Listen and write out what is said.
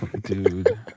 dude